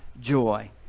joy